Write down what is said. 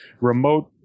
remote